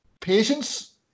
patience